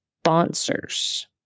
sponsors